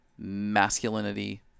masculinity